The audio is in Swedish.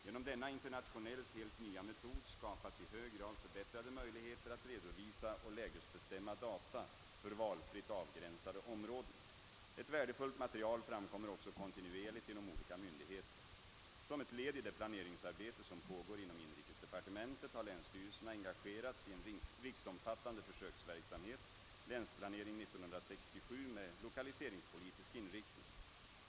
Genom denna internationellt helt nya metod skapas i hög grad förbättrade möjligheter att redovisa och lägesbestämma data för valfritt avgränsade områden. Ett värdefullt material framkommer också kontinuerligt inom olika myndigheter. Som ett led i det planeringsarbete som pågår inom inrikesdepartementet har länsstyrelserna engagerats i en riksomfattande försöksverksamhet — Länsplanering 1967 — med lokaliseringspolitisk inriktning.